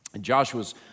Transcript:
Joshua's